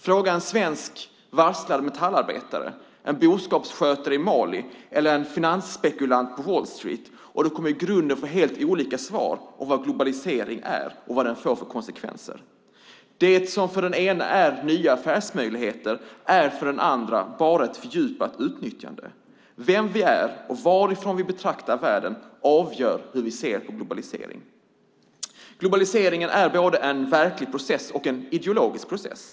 Fråga en varslad svensk metallarbetare, en boskapsskötare i Mali eller en finansspekulant på Wall Street och du kommer få i grunden helt olika svar om vad globaliseringen är och vad den får för konsekvenser. Det som för den ene är nya affärsmöjligheter är för den andre bara ett fördjupat utnyttjande. Vem vi är och varifrån vi betraktar världen avgör hur vi ser på globalisering. Globalisering är både en verklig process och en ideologisk process.